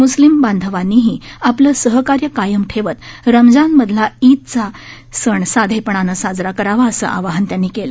म्स्लीम बांधवांनीही आपलं सहकार्य कायम ठेवत रमझानमधला ईदचा साधेपणानं साजरा करावा असं आवाहन त्यांनी केलं